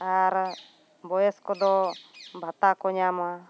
ᱟᱨ ᱵᱚᱭᱚᱥᱠᱚ ᱫᱚ ᱵᱷᱟᱛᱟ ᱠᱚ ᱧᱟᱢᱟ